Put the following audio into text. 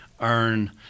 earn